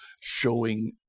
showing